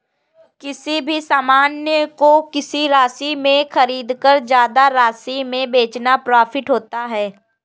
किसी भी सामान को किसी राशि में खरीदकर ज्यादा राशि में बेचना प्रॉफिट होता है